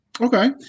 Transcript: Okay